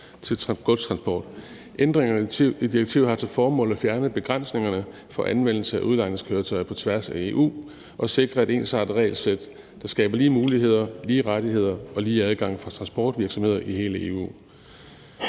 til godstransport. Ændringerne af direktivet har til formål at fjerne begrænsningerne for anvendelse af udlejningskøretøjer på tværs af EU og sikre et ensartet regelsæt, der skaber lige muligheder, lige rettigheder og lige adgang for transportvirksomheder i hele EU.